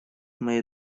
моей